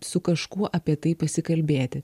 su kažkuo apie tai pasikalbėti